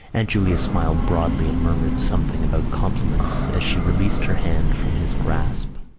aunt julia smiled broadly and murmured something about compliments as she released her hand from his grasp.